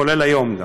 כולל היום: